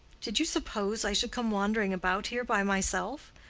did you suppose i should come wandering about here by myself?